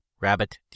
rabbit